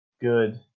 good